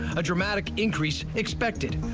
a a dramatic increase expected.